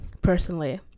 personally